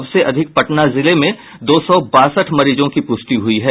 सबसे अधिक पटना जिले में दो सौ बासठ मरीजों की पुष्टि हुई है